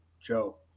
Joe